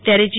ત્યારે જી